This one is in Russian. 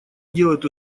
делают